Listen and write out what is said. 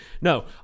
No